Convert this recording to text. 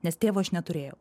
nes tėvo aš neturėjau